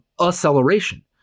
acceleration